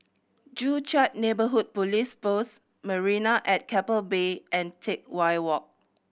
Joo Chiat Neighbourhood Police Post Marina at Keppel Bay and Teck Whye Walk